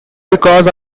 because